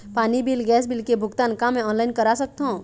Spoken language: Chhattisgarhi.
पानी बिल गैस बिल के भुगतान का मैं ऑनलाइन करा सकथों?